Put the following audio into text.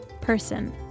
person